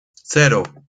cero